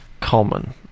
common